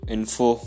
Info